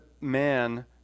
man